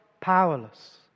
powerless